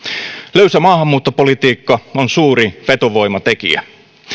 löysä maahanmuuttopolitiikka on suuri vetovoimatekijä